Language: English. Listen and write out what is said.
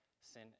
sin